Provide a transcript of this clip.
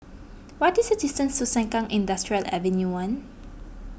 what is the distance to Sengkang Industrial Avenue one